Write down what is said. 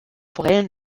forellen